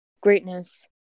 greatness